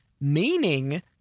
Meaning